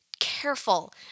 careful